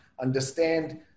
understand